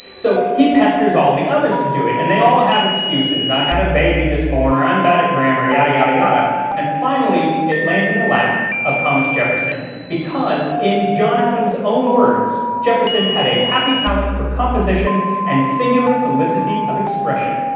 so he pesters all the others to do it, and they all have excuses i had a baby just born or i'm bad at grammar yada yada, and finally it lands in the lap of thomas jefferson because in john adams own words jefferson had a happy talent for composition and singular felicity of expression.